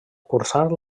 cursar